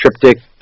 triptych